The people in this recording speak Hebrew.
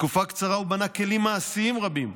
בתקופה קצרה הוא בנה כלים מעשיים רבים,